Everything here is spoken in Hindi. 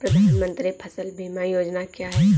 प्रधानमंत्री फसल बीमा योजना क्या है?